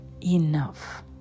enough